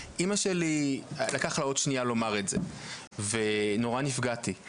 לאמא שלי לקח עוד שנייה לומר את זה ונורא נפגעתי.